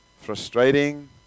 frustrating